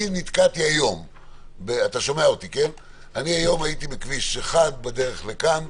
היום הייתי בכביש מס' 1, בדרך לכאן,